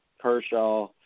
Kershaw